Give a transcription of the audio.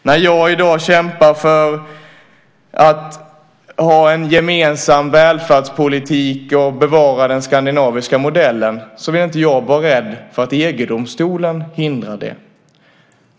När jag i dag kämpar för en gemensam välfärdspolitik och för att bevara den skandinaviska modellen så vill inte jag vara rädd för att EG-domstolen hindrar det.